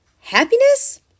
Happiness